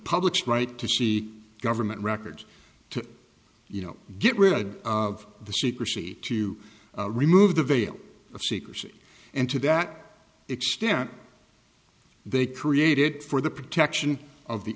public's right to see government records to you know get rid of the secrecy to remove the veil of secrecy and to that extent they created for the protection of the